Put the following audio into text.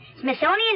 Smithsonian